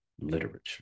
literature